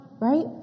Right